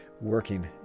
working